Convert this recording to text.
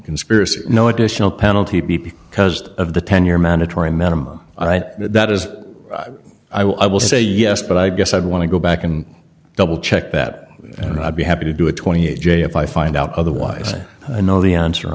conspiracy no additional penalty people because of the ten year mandatory minimum and that is i will i will say yes but i guess i'd want to go back and double check that i'd be happy to do it twenty j if i find out otherwise i know the answer